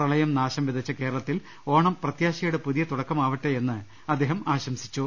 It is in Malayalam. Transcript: പ്രളയം നാശം വിതച്ച കേരളത്തിൽ ഓണം പ്രത്യാ ശയുടെ പുതിയ തുടക്കമാവട്ടെയെന്ന് അദ്ദേഹം ആശംസിച്ചു